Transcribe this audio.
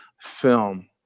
film